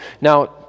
Now